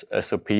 SOP